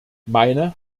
meine